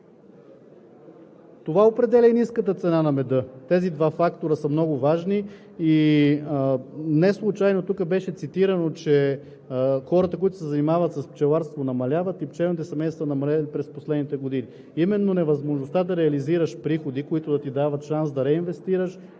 Това определя ниската цена на меда. Тези два фактора са много важни и неслучайно тук беше цитирано, че хората, които се занимават с пчеларство, намаляват и пчелните семейства са намалели през последните години – именно невъзможността да реализираш приходи, които да ти дават шанс да реинвестираш,